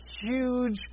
huge